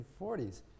1940s